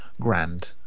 Grand